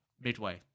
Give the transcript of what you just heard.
Midway